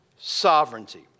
sovereignty